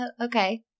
Okay